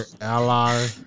ally